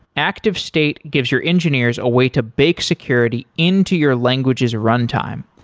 activestate gives your engineers a way to bake security into your language's runtime.